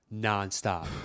nonstop